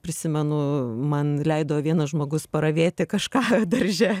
prisimenu man leido vienas žmogus paravėti kažką darže